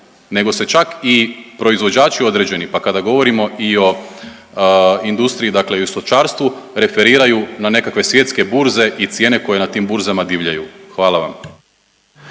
nego se čak i proizvođači određeni, pa kada govorimo i o industriji dakle i o stočarstvu referiraju na nekakve svjetske burze i cijene koje na tim burzama divljaju. Hvala vam.